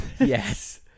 Yes